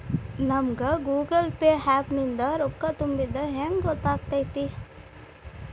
ನಮಗ Google pay app ನಿಂದ ರೊಕ್ಕಾ ತುಂಬಿದ್ದ ಹೆಂಗ್ ಗೊತ್ತ್ ಆಗತೈತಿ?